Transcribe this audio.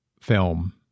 film